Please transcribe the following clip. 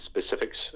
specifics